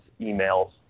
emails